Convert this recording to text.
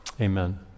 amen